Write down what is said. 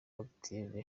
active